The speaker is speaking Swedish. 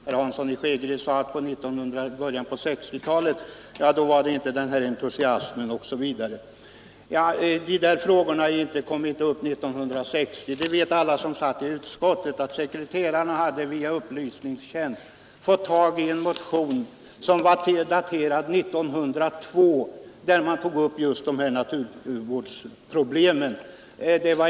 Herr Hansson i Skegrie sade att den här entusiasmen inte i fanns i början på 1960-talet. De här frågorna kom inte upp 1960. Alla som deltog i utskottsbehandlingen av detta ärende vet att upplysningstjänsten fått tag i en motion som var daterad redan 1902, och i den tog motionärerna upp just de här naturvårdsproblemen.